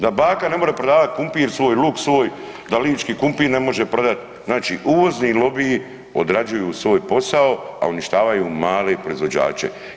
Da baka ne more prodavati krumpir svoj, luk svoj, da lički krumpir ne može prodati, znači uvozni lobiji odrađuju svoj posao a uništavaju male proizvođače.